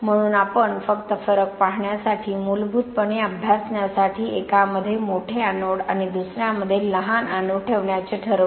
म्हणून आपण फक्त फरक पाहण्यासाठी मूलभूतपणे अभ्यासण्यासाठी एकामध्ये मोठे एनोड आणि दुसर्यामध्ये लहान एनोड ठेवण्याचे ठरवले